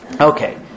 Okay